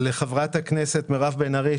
לחברת הכנסת מירב בן ארי,